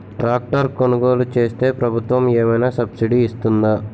Tractor కొనుగోలు చేస్తే ప్రభుత్వం ఏమైనా సబ్సిడీ ఇస్తుందా?